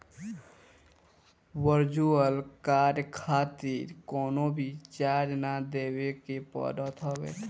virtual card खातिर कवनो भी चार्ज ना देवे के पड़त हवे